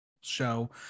show